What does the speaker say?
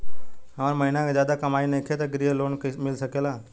हमर महीना के ज्यादा कमाई नईखे त ग्रिहऽ लोन मिल सकेला?